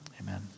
Amen